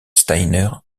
steiner